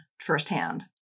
firsthand